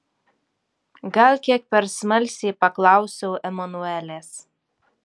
gal kiek per smalsiai paklausiau emanuelės